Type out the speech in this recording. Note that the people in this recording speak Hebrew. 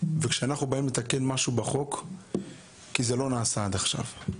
אנחנו באים לתקן משהו בחוק כי זה לא נעשה עד עכשיו.